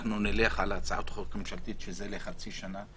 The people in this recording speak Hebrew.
אנחנו נלך על הצעת חוק ממשלתית שזה לחצי שנה.